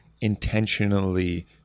intentionally